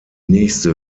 nächste